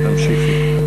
תמשיכי.